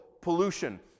pollution